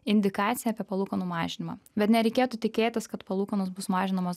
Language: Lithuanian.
indikaciją apie palūkanų mažinimą bet nereikėtų tikėtis kad palūkanos bus mažinamos